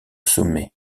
sommet